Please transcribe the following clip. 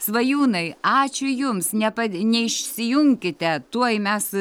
svajūnai ačiū jums nepadė neišsijunkite tuoj mes